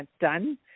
done